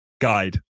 guide